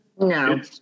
No